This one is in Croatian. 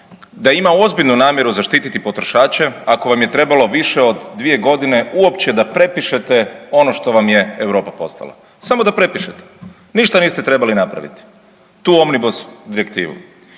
da ima ozbiljnu namjeru zaštiti potrošače ako vam je trebalo više od dvije godine u opće da prepišete ono što vam je Europa poslala, samo da prepišete, ništa niste trebali napraviti tu Omnibus direktivu.